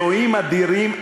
אלוהים אדירים,